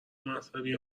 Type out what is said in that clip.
مذهبی